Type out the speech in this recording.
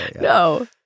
No